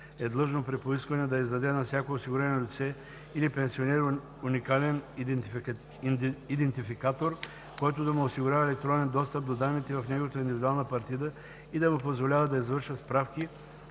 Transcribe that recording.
е длъжно при поискване да издаде на всяко осигурено лице или пенсионер уникален идентификатор, който да му осигурява електронен достъп до данните в неговата индивидуална партида и да му позволява да извършва справки